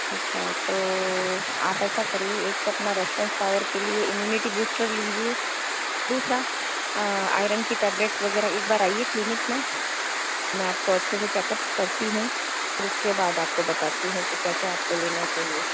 अच्छा तो आप ऐसा करिए एक अपना रेजिस्टेंस पावर के लिए इम्यूनिटी बूस्टर लीजिए दूसरा आयरन्स की टेबलेट वगैरह एक बार आइए क्लीनिक में मैं आपको अच्छे से चेकअप करती हूँ और उसके बाद आपको बताती हूँ कि क्या क्या आपको लेना चाहिए